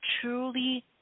truly